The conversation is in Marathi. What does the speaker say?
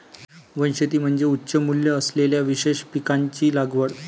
वनशेती म्हणजे उच्च मूल्य असलेल्या विशेष पिकांची लागवड